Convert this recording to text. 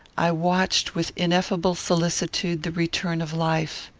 i watched with ineffable solicitude the return of life.